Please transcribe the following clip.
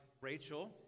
Rachel